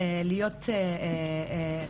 גם בסחיטה מינית,